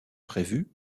prévues